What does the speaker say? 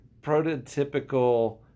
prototypical